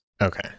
Okay